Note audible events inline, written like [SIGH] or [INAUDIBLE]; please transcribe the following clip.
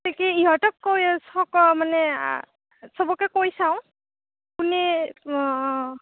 তাকে ইহঁতক কৈ থকা মানে [UNINTELLIGIBLE] চবকে কৈ চাওঁ মানে